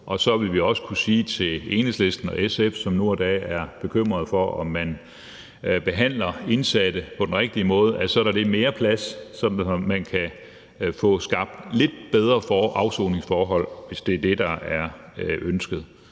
Og så vil vi også kunne sige til Enhedslisten og SF, som nu og da er bekymrede for, om man behandler indsatte på den rigtige måde, at så er der mere plads, sådan at der kan skabes lidt bedre afsoningsforhold, altså hvis det er det, der er ønsket.